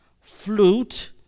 flute